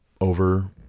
over